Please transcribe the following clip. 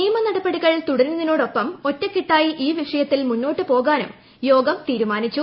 നിയമ നടപടികൾ തുടരുന്നതിനൊപ്പം ഒറ്റക്കെട്ടായി ഈ വിഷയത്തിൽ മുന്നോട്ടുപോകാനും യോഗം തീരുമാനിച്ചു